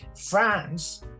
France